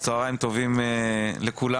צוהריים טובים לכולם,